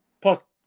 Plus